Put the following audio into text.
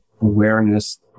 awareness